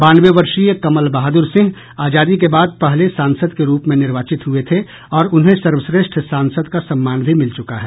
बानवे वर्षीय कमल बहादुर सिंह आजादी के बाद पहले सांसद के रूप में निर्वाचित हुए थे और उन्हें सर्वश्रेष्ठ सांसद का सम्मान भी मिल चुका है